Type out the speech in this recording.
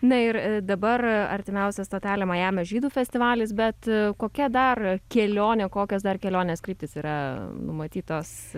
na ir dabar artimiausia stotelė majamio žydų festivalis bet kokia dar kelionė kokios dar kelionės kryptys yra numatytos